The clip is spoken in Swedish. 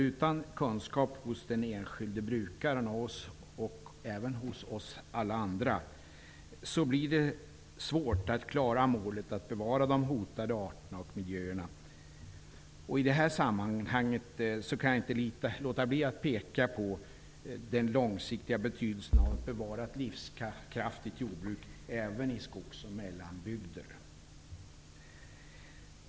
Utan kunskap hos den enskilde brukaren, hos oss här och hos alla andra blir det nämligen svårt att klara målet att bevara hotade arter och miljöer. I detta sammanhang kan jag inte låta bli att peka på den långsiktiga betydelsen av ett bevarat livskraftigt jordbruk även i skogs och mellanbygder.